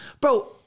Bro